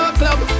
club